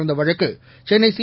தொடர்ந்த வழக்கு சென்னை சி